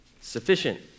sufficient